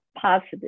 positive